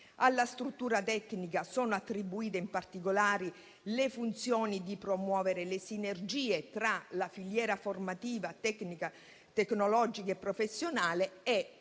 Alla struttura tecnica sono attribuite in particolare le funzioni di promuovere le sinergie tra la filiera formativa, tecnica, tecnologica e professionale e